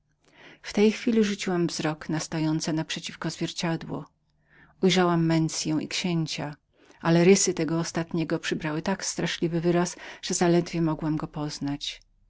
w tej chwili rzuciłam wzrok na stojące naprzeciw zwierciadło i ujrzałam mensię i księcia ale rysy tego ostatniego przybrały tak straszliwy wyraz że zaledwie mogłam go poznać